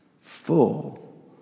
full